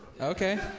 okay